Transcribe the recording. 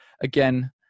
again